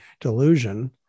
delusion